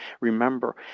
Remember